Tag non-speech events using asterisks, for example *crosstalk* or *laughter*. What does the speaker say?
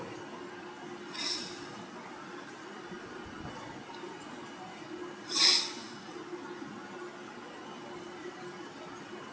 *breath*